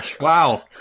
Wow